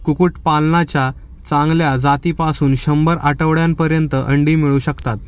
कुक्कुटपालनाच्या चांगल्या जातीपासून शंभर आठवड्यांपर्यंत अंडी मिळू शकतात